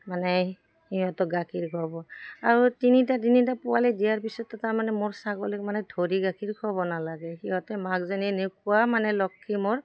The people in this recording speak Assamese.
মানে সিহঁতক গাখীৰ খোৱাব আৰু তিনিটা তিনিটা পোৱালি দিয়াৰ পিছত তাৰমানে মোৰ ছাগলীক মানে ধৰি গাখীৰ খোৱাব নালাগে সিহঁতে মাকজনীয়ে এনেকুৱা মানে লক্ষী মোৰ